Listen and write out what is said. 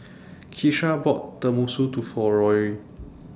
Keesha bought Tenmusu to For Rory